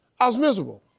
i was miserable.